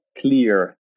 clear